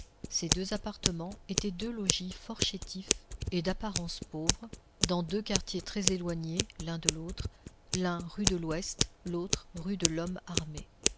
ces deux appartements étaient deux logis fort chétifs et d'apparence pauvre dans deux quartiers très éloignés l'un de l'autre l'un rue de l'ouest l'autre rue de